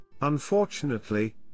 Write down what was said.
Unfortunately